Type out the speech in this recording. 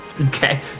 Okay